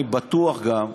אני בטוח גם,